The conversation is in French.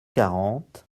quarante